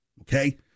Okay